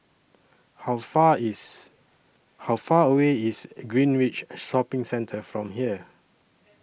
How Far IS How Far away IS Greenridge Shopping Centre from here